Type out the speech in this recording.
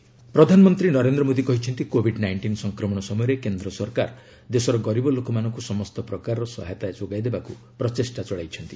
PM ପ୍ରଧାନମନ୍ତ୍ରୀ ନରେନ୍ଦ୍ର ମୋଦି କହିଛନ୍ତି Covid nineteen ସଂକ୍ରମଣ ସମୟରେ କେନ୍ଦ୍ର ସରକାର ଦେଶର ଗରିବ ଲୋକମାନଙ୍କ ସମସ୍ତ ପ୍ରକାରର ସହାୟତା ଯୋଗାଇ ଦେବାକୁ ପ୍ରଚେଷ୍ଟା ଚଳାଇଛନ୍ତି